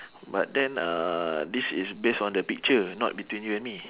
but then uh this is base on the picture not between you and me